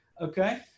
Okay